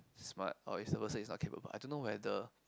smart or if the person is not capable I don't know whether